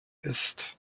ist